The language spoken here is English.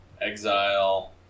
Exile